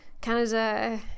Canada